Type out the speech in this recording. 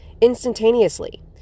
instantaneously